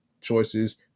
choices